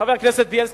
חבר הכנסת בילסקי,